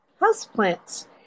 houseplants